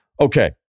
Okay